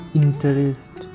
interest